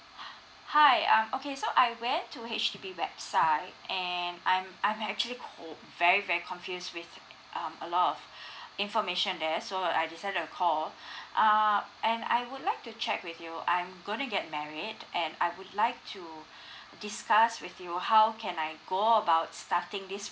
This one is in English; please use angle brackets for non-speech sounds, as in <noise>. h~ hi um okay so I went to H_D_B website and I'm I'm actually co~ very very confused with um a lot of <breath> information there so I decided to call <breath> err and I would like to check with you I'm going to get married and I would like to <breath> discuss with you how can I go about starting this